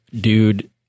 dude